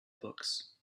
books